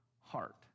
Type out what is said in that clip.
heart